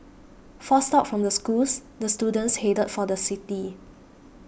forced out from the schools the students headed for the city